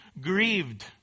grieved